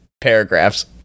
paragraphs